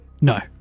No